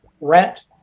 rent